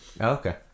Okay